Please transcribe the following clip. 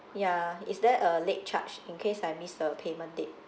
ya is there a late charge in case I miss the payment date